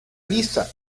lisa